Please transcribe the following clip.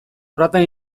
brother